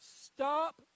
stop